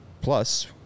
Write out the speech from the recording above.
plus